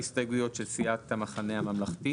פה יש 6 הסתייגויות של סיעת יש עתיד.